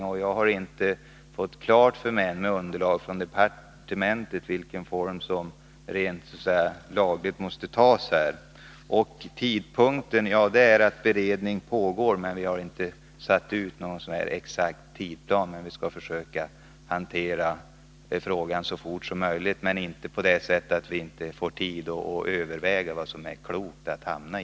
Jag har ännu inte fått klart för mig vilken form som från laglig synpunkt måste väljas. Beträffande tidpunkten kan jag bara säga att beredningen pågår, men vi har inte gjort upp någon tidsplan. Vi skall försöka hantera frågan så snabbt som möjligt, men inte snabbare än att vi får tid att överväga vad som är klokt att hamna i.